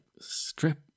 strip